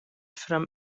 from